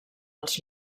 els